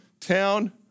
town